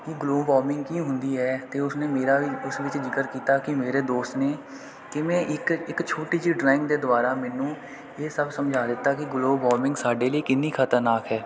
global warming ਕੀ ਹੁੰਦੀ ਹੈ ਅਤੇ ਉਸਨੇ ਮੇਰਾ ਵੀ ਉਸ ਵਿੱਚ ਜ਼ਿਕਰ ਕੀਤਾ ਕਿ ਮੇਰੇ ਦੋਸਤ ਨੇ ਕਿਵੇਂ ਇੱਕ ਇੱਕ ਛੋਟੀ ਜਿਹੀ ਡਰਾਇੰਗ ਦੇ ਦੁਆਰਾ ਮੈਨੂੰ ਇਹ ਸਭ ਸਮਝਾ ਦਿੱਤਾ ਕਿ ਗਲੋਬਲ ਵਾਰਮਿੰਗ ਸਾਡੇ ਲਈ ਕਿੰਨੀ ਖ਼ਤਰਨਾਕ ਹੈ